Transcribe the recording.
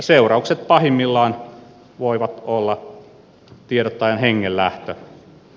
seuraus pahimmillaan voi olla tiedottajan hengen lähtö